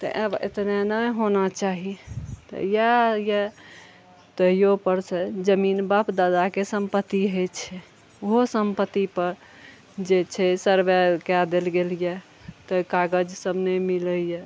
तऽ आब एतने नहि होना चाही तऽ इएह अछि ताहियो पर सऽ जमीन बाप दादाके सम्पत्ति होइ छै ओहो सम्पत्ति पर जे छै सर्बे कए देल गेल अछि तऽ कागज सब नहि मिलैया